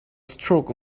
stroke